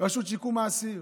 רשות שיקום האסיר,